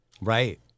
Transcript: Right